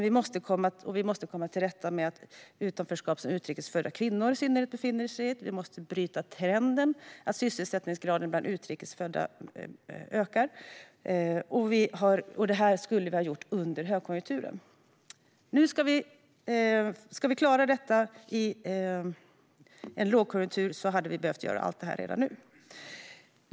Vi måste också komma till rätta med det utanförskap som i synnerhet utrikes födda kvinnor befinner sig i. Vi måste bryta trenden att sysselsättningsgraden bland utrikes födda går ned. Det skulle vi ha gjort under högkonjunkturen. För att vi ska klara detta i lågkonjunktur hade allt detta behövts göras redan nu. Herr talman!